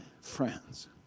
friends